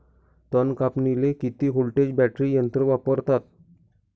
तन कापनीले किती व्होल्टचं बॅटरी यंत्र वापरतात?